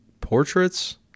portraits